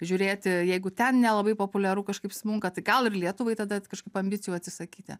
žiūrėti jeigu ten nelabai populiaru kažkaip smunka tai gal ir lietuvai tada kažkaip ambicijų atsisakyti